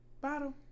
bottle